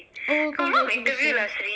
oh congratulations